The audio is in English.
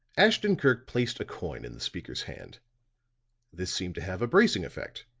ashton-kirk placed a coin in the speaker's hand this seemed to have a bracing effect,